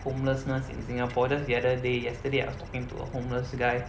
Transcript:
homelessness in Singapore just the other day yesterday I was talking to a homeless guy